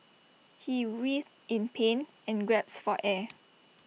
he writhed in pain and gasped for air